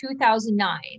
2009